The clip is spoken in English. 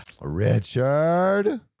Richard